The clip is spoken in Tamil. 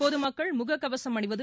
பொதுமக்கள் முக கவசம் அணிவது